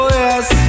yes